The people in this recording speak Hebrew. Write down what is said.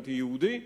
אנטי-יהודי.